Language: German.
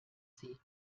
sie